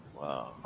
Wow